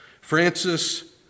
Francis